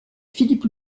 philippe